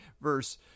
verse